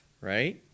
Right